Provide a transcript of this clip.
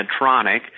Medtronic